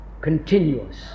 continuous